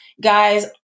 guys